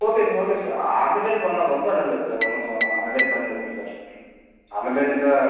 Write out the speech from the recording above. okay okay sir அந்த மாரி பண்ணிணா ரொம்ப நல்லது சார் ஒன்றுக்கு அந்த மாரி பண்ணி கொடுங்க சார் அந்த மாரி இருந்தால்